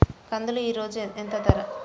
కందులు ఈరోజు ఎంత ధర?